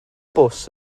bws